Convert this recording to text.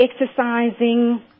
exercising